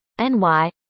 NY